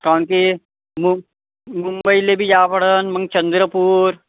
कारण की मु मुंबईला बी यावं पडेल मग चंद्रपूर